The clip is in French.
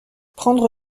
prendre